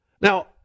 Now